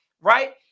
right